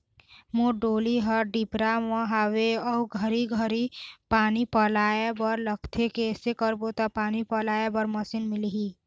मोर डोली हर डिपरा म हावे अऊ घरी घरी पानी पलोए बर लगथे कैसे करबो त पानी पलोए बर मशीन मिलही?